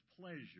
pleasure